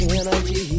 energy